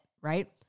right